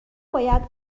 باید